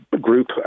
group